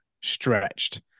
stretched